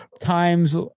times